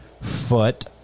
foot